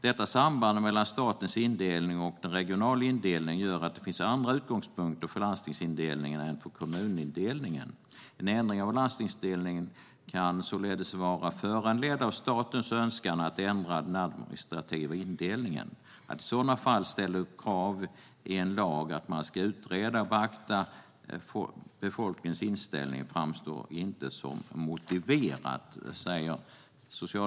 Detta samband mellan statens indelning och den regionala indelningen gör att det finns andra utgångspunkter för landstingsindelningen än för kommunindelningen. En ändring av landstingsindelningen kan således vara föranledd av statens önskan att ändra den administrativa indelningen. Att i sådana fall ställa upp krav i lag på att man ska utreda och beakta befolkningens inställning framstår inte som motiverat.